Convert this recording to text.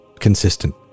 consistent